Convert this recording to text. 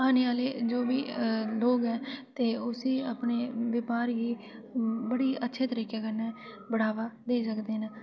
आने आहला जो बी करग उसी अपने ब्यापार गी बड़े अच्छे तरिके कन्नै बढावा देई सकदे न